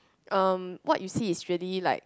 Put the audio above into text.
um what you see is really like